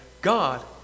God